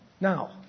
Now